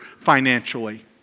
financially